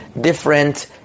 different